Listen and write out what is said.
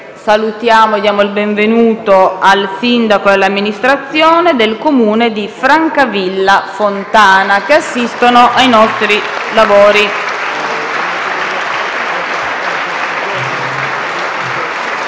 Salutiamo e diamo il benvenuto al sindaco e all'amministrazione del Comune di Francavilla Fontana, che stanno assistendo ai nostri lavori.